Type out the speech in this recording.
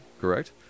correct